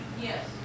Yes